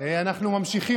אנחנו ממשיכים.